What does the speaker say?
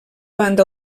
banda